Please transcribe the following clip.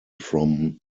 from